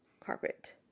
carpet